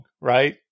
Right